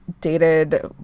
dated